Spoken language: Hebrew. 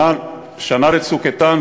שנה ל"צוק איתן",